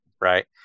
right